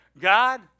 God